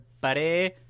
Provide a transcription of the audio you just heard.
buddy